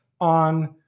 on